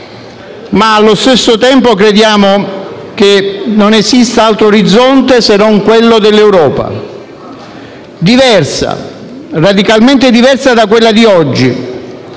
Ma, allo stesso tempo, crediamo che non esista altro orizzonte se non quello dell'Europa, diversa, radicalmente diversa da quella di oggi.